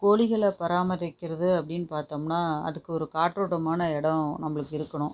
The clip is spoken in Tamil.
கோழிகளில் பராமரிக்கிறது அப்படின்னு பார்த்தோம்ன்னா அதுக்கு ஒரு காற்றோட்டமான இடம் நம்மளுக்கு இருக்கணும்